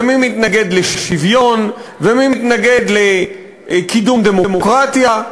מי מתנגד לשוויון ומי מתנגד לקידום דמוקרטיה.